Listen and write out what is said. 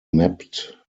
mapped